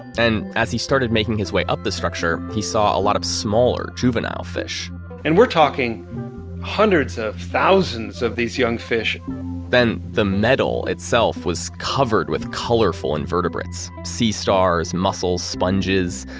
and as he started making his way up this structure, he saw a lot of smaller juvenile fish and we're talking hundreds of thousands of these young fish then, the metal itself was covered with colorful invertebrates, sea stars, mussels, sponges,